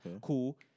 cool